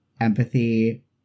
empathy